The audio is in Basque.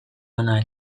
ona